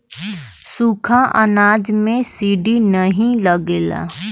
सुखा अनाज में सीड नाही लगेला